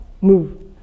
move